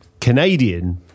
Canadian